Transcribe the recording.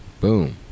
Boom